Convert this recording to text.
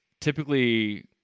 typically